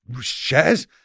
shares